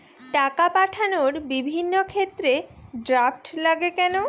টাকা পাঠানোর বিভিন্ন ক্ষেত্রে ড্রাফট লাগে কেন?